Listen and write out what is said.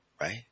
right